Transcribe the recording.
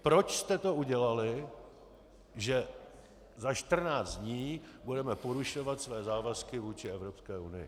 Proč jste to udělali, že za 14 dní budeme porušovat své závazky vůči Evropské unii?